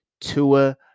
Tua